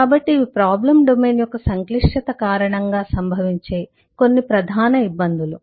కాబట్టి ఇవి problem domain యొక్క సంక్లిష్టత కారణంగా సంభవించే కొన్ని ప్రధాన ఇబ్బందులు